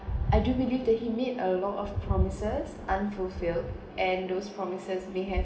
I do believe that he made a lot of promises unfulfilled and those promises may have